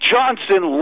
Johnson